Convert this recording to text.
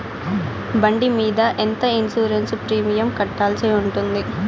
బండి మీద ఎంత ఇన్సూరెన్సు ప్రీమియం కట్టాల్సి ఉంటుంది?